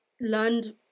learned